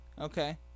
Okay